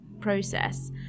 process